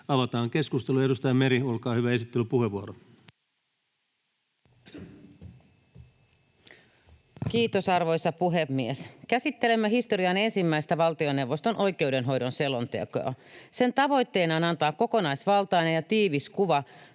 oikeudenhoidosta Time: 18:44 Content: Kiitos, arvoisa puhemies! Käsittelemme historian ensimmäistä valtioneuvoston oikeudenhoidon selontekoa. Sen tavoitteena on antaa kokonaisvaltainen ja tiivis kuva